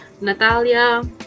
Natalia